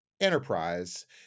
enterprise